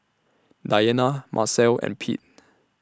Diana Marcel and Pete